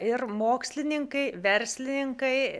ir mokslininkai verslininkai